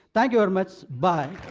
thank you very much. bye!